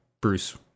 Bruce